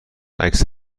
عکس